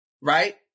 right